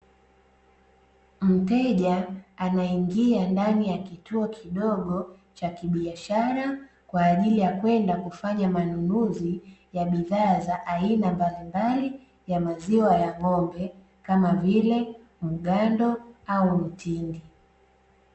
Mteja anaingia ndani ya kituo kidogo cha kibiashara, kwa ajili ya kwenda kufanya manunuzi ya bidhaa za aina mbalimbali ya maziwa ya ng'ombe kama vile; mgando au mtindi.